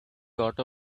got